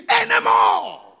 anymore